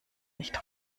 nicht